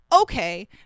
Okay